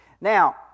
Now